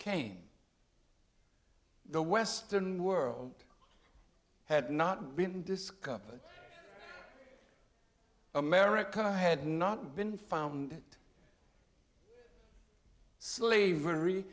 came the western world had not been discovered america had not been found slavery